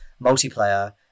multiplayer